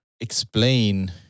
explain